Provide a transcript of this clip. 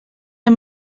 amb